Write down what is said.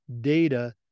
data